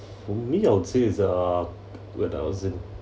for me I would say is uh a thousand